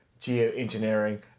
geoengineering